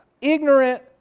ignorant